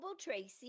Tracy